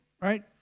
right